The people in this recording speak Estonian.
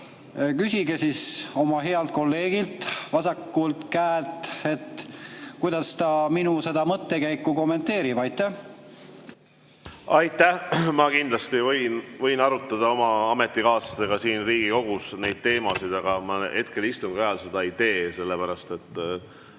küsige oma healt kolleegilt vasakul käel, kuidas ta seda minu mõttekäiku kommenteerib. Aitäh! Ma kindlasti võin arutada oma ametikaaslastega siin Riigikogus neid teemasid, aga ma hetkel istungi ajal seda ei tee, sellepärast et